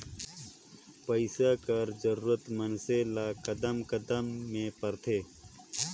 पइसा कर जरूरत मइनसे ल कदम कदम में परथे